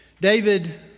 David